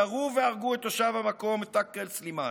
ירו והרגו את תושב המקום מת'קאל סלימאן.